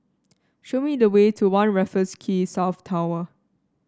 show me the way to One Raffles Quay South Tower